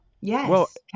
yes